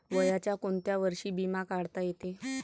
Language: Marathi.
वयाच्या कोंत्या वर्षी बिमा काढता येते?